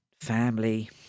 family